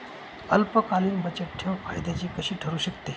अल्पकालीन बचतठेव फायद्याची कशी ठरु शकते?